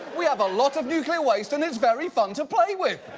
we have a lot of nuclear waste and it's very fun to play with.